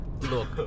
Look